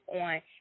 on